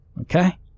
Okay